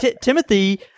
Timothy